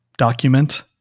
document